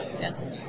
yes